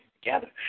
together